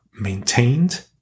maintained